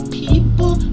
people